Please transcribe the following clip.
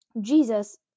Jesus